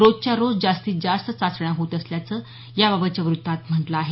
रोजच्या रोज जास्तीत जास्त चाचण्या होत असल्याचं याबाबतच्या वृत्तात म्हटल आहे